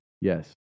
Yes